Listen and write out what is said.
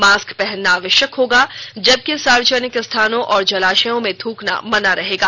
mask पहना आवश्यक होगा जबकि सार्वजनिक स्थानों और जलाशयों में थूकना मना रहेगा